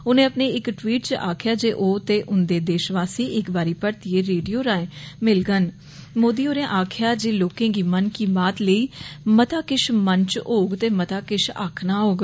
उनें अपने इक ट्वीट च आक्खेआ जे ओह् ते उन्दे देशवासी इक बारी परतियें रेडियो राएं मिलगन मोदी होरें आक्खेआ जे लोकें गी 'मन की बात' लेई मता किश मन च होग ते मता किश आक्खना होग